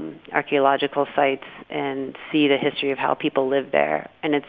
and archaeological sites and see the history of how people lived there. and it's